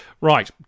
Right